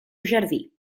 jardí